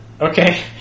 Okay